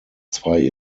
zwei